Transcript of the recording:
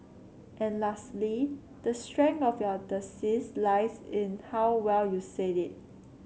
and lastly the strength of your thesis lies in how well you said it